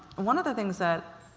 one of the things that